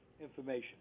information